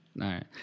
right